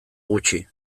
gutxi